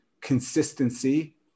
consistency